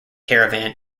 caravan